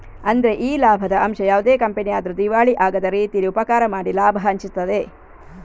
ಅಂದ್ರೆ ಈ ಲಾಭದ ಅಂಶ ಯಾವುದೇ ಕಂಪನಿ ಆದ್ರೂ ದಿವಾಳಿ ಆಗದ ರೀತೀಲಿ ಉಪಕಾರ ಮಾಡಿ ಲಾಭ ಹಂಚ್ತದೆ